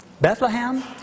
Bethlehem